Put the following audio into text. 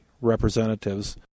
representatives